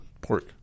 pork